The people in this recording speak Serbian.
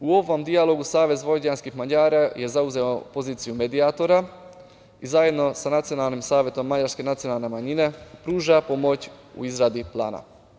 U ovom delu SVM je zauzeo poziciju medijatora i zajedno sa Nacionalnim savetom mađarske nacionalne manjine pruža pomoć u izradi plana.